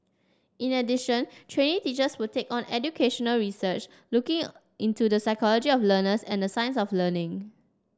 in addition trainee teachers will take on educational research looking into the psychology of learners and the science of learning